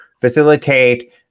facilitate